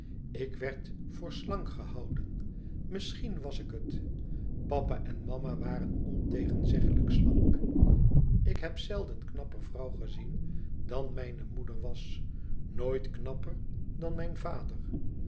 ik werd voor slank gehouden misschien was ik het papa en mama waren ontegenzeglijk slank ik heb zelden knapper vrouw gezien dan mijne moeder was nooit knapper dan mijn vader